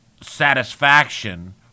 satisfaction